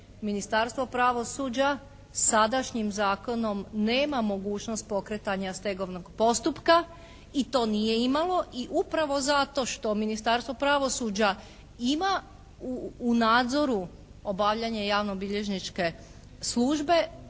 Ministarstvo pravosuđa sadašnjim zakonom nema mogućnost pokretanja stegovnog postupka i to nije imalo i upravo zato što Ministarstvo pravosuđa ima u nadzoru obavljanje javnobilježničke službe